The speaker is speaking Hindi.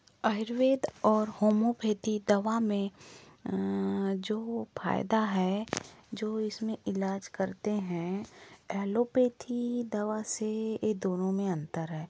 आयुर्वेद और होमोपैथी दवा में जो फ़ायदा है जो इस में इलाज करते हैं एलोपैथी दवा से ये दोनों में अंतर है